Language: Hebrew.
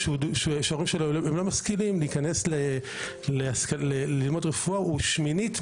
ילד להורים לא משכילים הסיכוי שלו להתקבל ללימודים הוא שמינית,